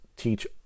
Teach